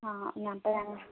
ആ ഞാൻ അപ്പോൾ